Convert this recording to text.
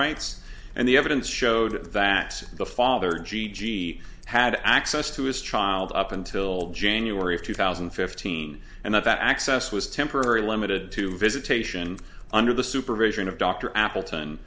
rights and the evidence showed that the father g g had access to his child up until january of two thousand and fifteen and that that access was temporary limited to visitation under the supervision of dr appleton